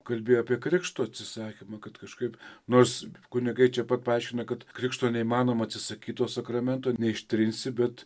kalbėjo apie krikšto atsisakymą kad kažkaip nors kunigai čia pat paaiškina kad krikšto neįmanoma atsisakyt to sakramento neištrinsi bet